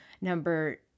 number